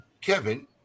Kevin